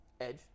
Edge